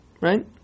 Right